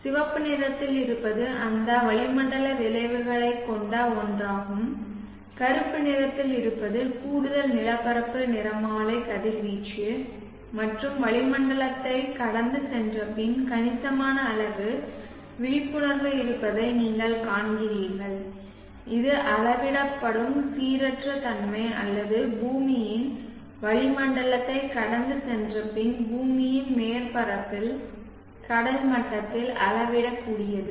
சிவப்பு நிறத்தில் இருப்பது அந்த வளிமண்டல விளைவைக் கொண்ட ஒன்றாகும் கருப்பு நிறத்தில் இருப்பது கூடுதல் நிலப்பரப்பு நிறமாலை கதிர்வீச்சு மற்றும் வளிமண்டலத்தை கடந்து சென்றபின் கணிசமான அளவு விழிப்புணர்வு இருப்பதை நீங்கள் காண்கிறீர்கள் இது அளவிடப்படும் சீரற்ற தன்மை அல்லது பூமியின் வளிமண்டலத்தை கடந்து சென்றபின் பூமியின் மேற்பரப்பில் கடல் மட்டத்தில் அளவிடக்கூடியது